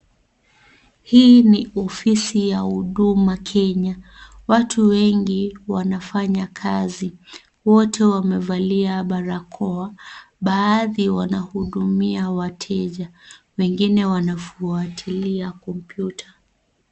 Hii ni ofisi ya Huduma Kenya. Watu wengi wanafanya kazi. Wote wamevalia barakoa, baadhi wanahudumia wateja wengine wanafuatilia kompyuta.